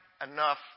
enough